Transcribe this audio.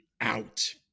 out